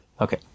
Okay